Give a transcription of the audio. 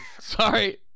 Sorry